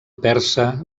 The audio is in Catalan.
persa